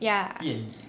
ya